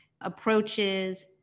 approaches